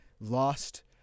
lost